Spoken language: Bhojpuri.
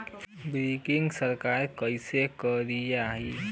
बोरिंग सरकार कईसे करायी?